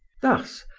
thus,